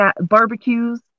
barbecues